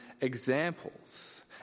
examples